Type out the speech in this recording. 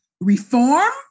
reform